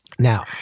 now